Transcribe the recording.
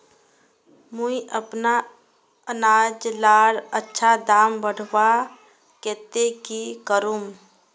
मुई अपना अनाज लार अच्छा दाम बढ़वार केते की करूम?